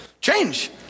Change